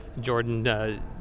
Jordan